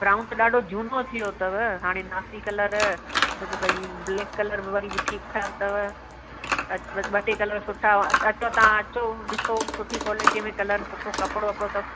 brown त जाम झूनो थी वियो अथव हाणे नासी कलर त ॿई ब्लेक कलर वरी बि ठीकु ठाकु अथव अच ॿ टे कलर सुठा अथव अचो तव्हां अचो ॾिसो सुठी क्वालिटी में कलर सुठो कपिड़ो अथव